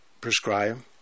prescribe